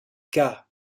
cas